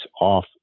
off